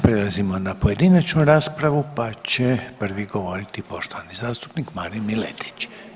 Prelazimo na pojedinačnu raspravu pa će prvi govoriti poštovani zastupnik Marin Miletić.